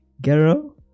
girl